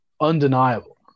undeniable